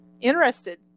interested